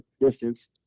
distance